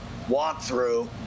walkthrough